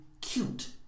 cute